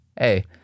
Hey